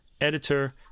editor